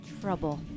Trouble